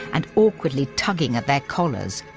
and awkwardly tugging at their collars,